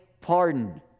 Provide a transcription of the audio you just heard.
pardon